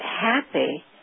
happy